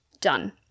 Done